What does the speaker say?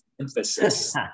emphasis